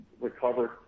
recovered